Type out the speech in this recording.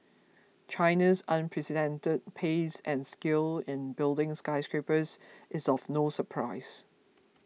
China's unprecedented pace and scale in building skyscrapers is of no surprise